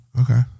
Okay